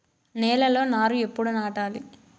నేలలో నారు ఎప్పుడు నాటాలి?